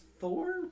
Thor